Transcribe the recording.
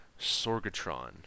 Sorgatron